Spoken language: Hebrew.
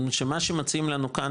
שמה שמציעים לנו כאן,